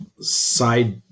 side